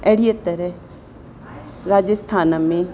अहिड़ीअ तरह राजस्थान में